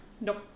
Nope